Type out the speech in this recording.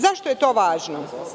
Zašto je to važno?